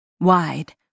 wide